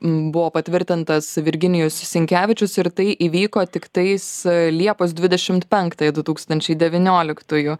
buvo patvirtintas virginijus sinkevičius ir tai įvyko tiktais liepos dvidešimt penktąją du tūkstančiai devynioliktųjų